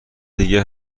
دیگه